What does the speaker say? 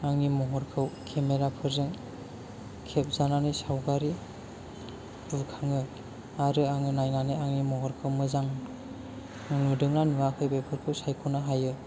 आंनि महरखौ खेमेरा फोरजों खेबजानानै सावगारि बुखाङो आरो आङो नायनानै आंनि महरखौ मोजां नुदोंना नुवाखै बेफोरखौ सायख'नो हायो